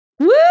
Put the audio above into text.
Woo